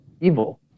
evil